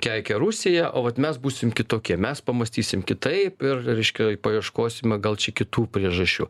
keikia rusiją o vat mes būsim kitokie mes pamąstysim kitaip ir reiškia paieškosime gal čia kitų priežasčių